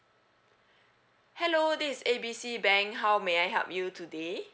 hello this is A B C bank how may I help you today